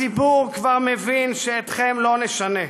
הציבור כבר מבין שאתכם לא נשנה,